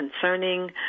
concerning